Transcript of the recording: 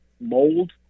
mold